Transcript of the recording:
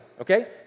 okay